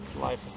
life